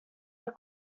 are